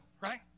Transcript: Right